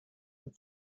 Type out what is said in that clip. amb